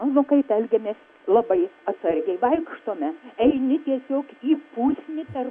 nu kaip elgiamės labai atsargiai vaikštome eini tiesiog į pusnį per